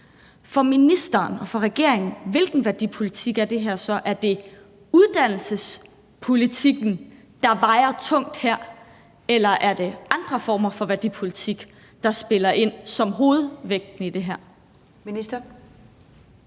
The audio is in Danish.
for ministeren og regeringen? Er det uddannelsespolitikken, der vejer tungt her? Eller er det andre former for værdipolitik, der spiller ind som hovedvægten i det her? Kl.